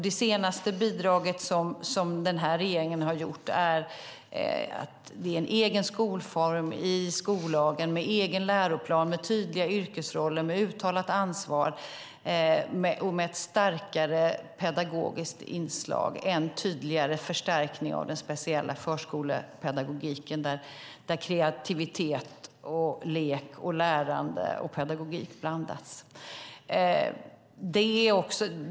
Det senaste bidraget från den här regeringen är att förskolan är en egen skolform i skollagen med egen läroplan, med tydliga yrkesroller, med uttalat ansvar och med ett starkare pedagogiskt inslag, än tydligare förstärkning av den speciella förskolepedagogiken där kreativitet, lek, lärande och pedagogik blandas.